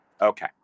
Okay